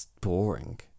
boring